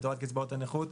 לטובת קצבאות הנכות.